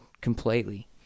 completely